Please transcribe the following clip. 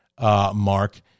mark